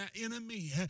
enemy